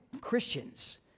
Christians